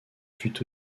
fut